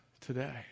today